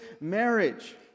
marriage